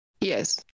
Yes